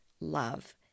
love